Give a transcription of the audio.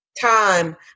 time